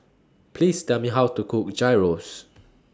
Please Tell Me How to Cook Gyros